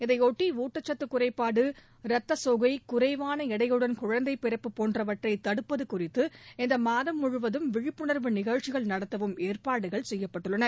இதையொட்டி ஊட்டச்சத்துகுறைபாடு குறைவானஎடையுடன் ரத்தசோகை குழந்தைபிறப்பு போன்றவற்றைதடுப்பதுகுறித்து இந்தமாதம் முழுவதும் விழிப்புணர்வு நிகழ்ச்சிகள் நடத்தவும் ஏற்பாடுகள் செய்யப்பட்டுள்ளன